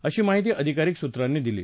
अशी माहिती अधिकारीक सूत्रांनी दिली